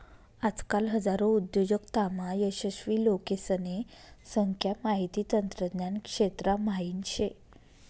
आजकाल हजारो उद्योजकतामा यशस्वी लोकेसने संख्या माहिती तंत्रज्ञान क्षेत्रा म्हाईन शे